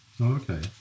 Okay